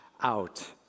out